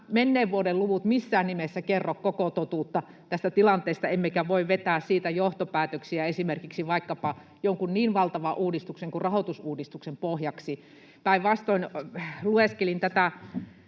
mielestäni kyllä missään nimessä kerro koko totuutta tästä tilanteesta emmekä voi vetää siitä johtopäätöksiä esimerkiksi vaikkapa jonkun niin valtavan uudistuksen kuin rahoitusuudistuksen pohjaksi. Päinvastoin lueskelin tätä